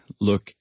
look